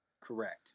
Correct